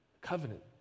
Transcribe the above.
Covenant